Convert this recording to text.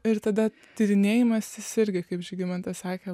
ir tada tyrinėjimas jis irgi kaip žygimantas sakė